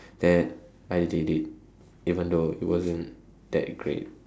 that I did it even though it wasn't that great